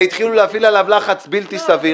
והתחילו להפעיל עליו לחץ בלתי סביר.